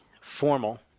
formal